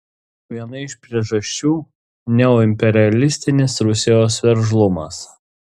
viena iš priežasčių neoimperialistinis rusijos veržlumas